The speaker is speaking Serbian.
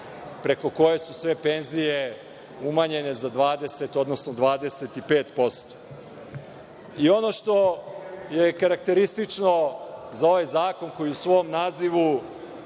preko koje su sve penzije umanjene za 20 odnosno 25%. I ono što je karakteristično za ovaj zakon koji u svom nazivu